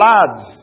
Lads